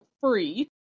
free